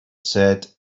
said